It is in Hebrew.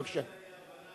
בבקשה.